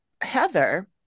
heather